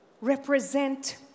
represent